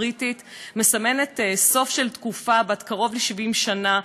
בריטניה מסמנת סוף של תקופה בת קרוב ל-70 שנה,